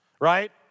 right